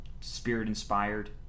Spirit-inspired